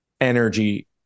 energy